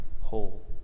whole